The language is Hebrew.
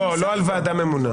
לא על ועדה ממונה.